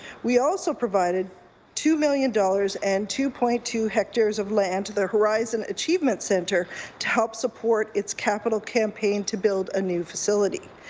we also provided two million dollars and two point two hectares of land to their horizon achievement centre to help support its capital campaign to build a new facility.